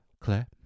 Claire